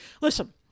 Listen